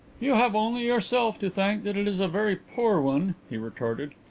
you have only yourself to thank that it is a very poor one, he retorted.